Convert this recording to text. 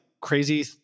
crazy